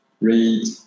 read